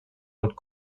und